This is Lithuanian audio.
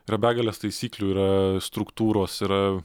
yra begalės taisyklių yra struktūros yra